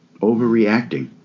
Overreacting